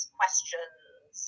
questions